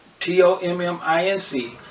T-O-M-M-I-N-C